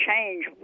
change